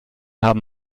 haben